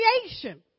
creation